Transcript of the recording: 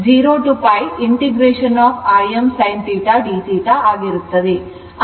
ಆದ್ದರಿಂದ 1 π 0 to π Im sinθ dθ ಆಗಿರುತ್ತದೆ